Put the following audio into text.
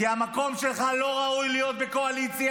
כי המקום שלך לא ראוי להיות בקואליציה.